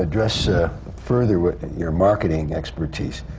address ah further your marketing expertise.